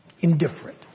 indifferent